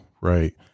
right